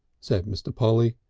said mr. polly.